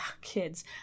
kids